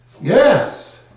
Yes